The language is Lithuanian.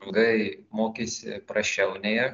ilgai mokėsi prasčiau nei aš